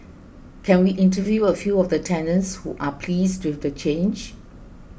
can we interview a few of the tenants who are pleased with the change